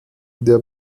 der